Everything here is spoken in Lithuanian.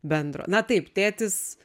bendro na taip tėtis